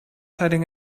hiding